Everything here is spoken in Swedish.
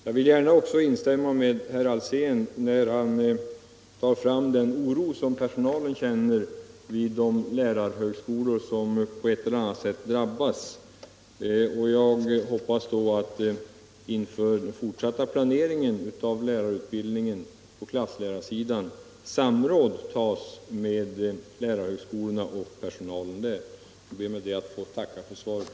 Jag vill också gärna instämma med herr Alsén när han pekar på den oro som personalen känner vid de lärarhögskolor som på ett eller annat sätt drabbas. Jag hoppas att samråd kommer att äga rum med personalen på lärarhögskolorna inför den fortsatta planeringen av lärarutbildningen på klasslärarsidan. Jag ber med detta att än en gång få tacka för svaret.